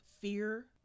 fear